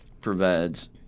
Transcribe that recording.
provides